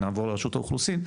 נעבור לרשות האוכלוסין,